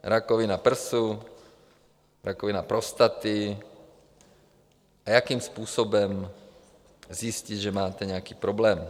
Rakovina prsu, rakovina prostaty, a jakým způsobem zjistit, že máte nějaký problém.